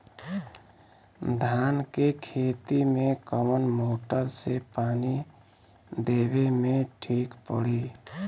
धान के खेती मे कवन मोटर से पानी देवे मे ठीक पड़ी?